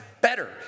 better